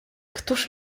któż